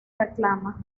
reclama